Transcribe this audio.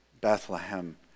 Bethlehem